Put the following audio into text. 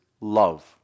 love